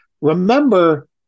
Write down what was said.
Remember